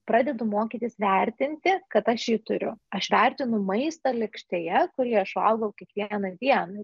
pradedu mokytis vertinti kad aš jį turiu aš vertinu maistą lėkštėje kurį aš valgau kiekvieną dieną